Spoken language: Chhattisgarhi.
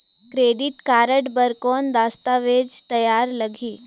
क्रेडिट कारड बर कौन दस्तावेज तैयार लगही?